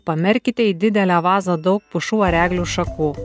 pamerkite į didelę vazą daug pušų ar eglių šakų